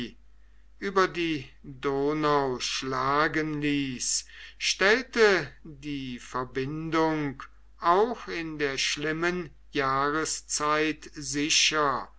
über die donau schlagen ließ stellte die verbindung auch in der schlimmen jahreszeit sicher